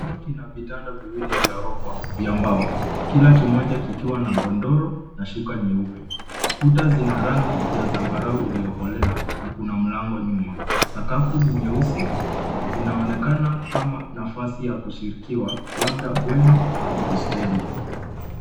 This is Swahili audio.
Chumba kina vitanda viwili vya orofa vya mbao, kila kimoja kikiwa na godoro na shuka nyeupe. Kuta zina rangi ya zambarau iliyokolea na kuna mlango nyuma. Sakafu ni nyeusi, inaonekana kama nafasi ya kushirikiwa labda bweni au hosteli.